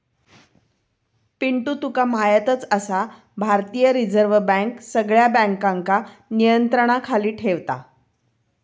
पिंटू तुका म्हायतच आसा, भारतीय रिझर्व बँक सगळ्या बँकांका नियंत्रणाखाली ठेवता